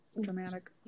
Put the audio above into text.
dramatic